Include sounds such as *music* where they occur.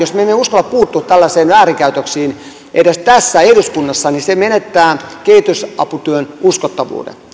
*unintelligible* jos me emme uskalla puuttua tällaisiin väärinkäytöksiin edes tässä eduskunnassa menetetään kehitysaputyön uskottavuus